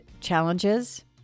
challenges